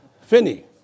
Finney